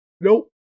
Nope